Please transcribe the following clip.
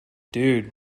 dude